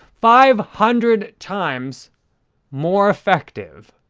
five hundred times more effective!